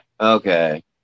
Okay